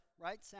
right